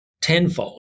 tenfold